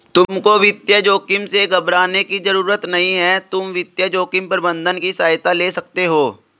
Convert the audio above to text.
तुमको वित्तीय जोखिम से घबराने की जरूरत नहीं है, तुम वित्तीय जोखिम प्रबंधन की सहायता ले सकते हो